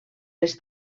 les